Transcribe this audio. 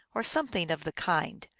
or something of the kind.